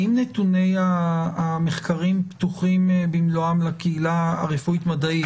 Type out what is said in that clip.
האם נתוני המחקרים פתוחים במלואם לקהילה הרפואית-מדעית?